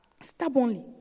Stubbornly